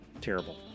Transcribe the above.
terrible